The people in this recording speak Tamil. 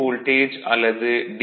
வோல்டேஜ் அல்லது டி